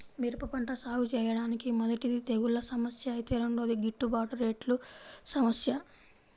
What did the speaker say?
మిరప పంట సాగుచేయడానికి మొదటిది తెగుల్ల సమస్య ఐతే రెండోది గిట్టుబాటు రేట్ల సమస్య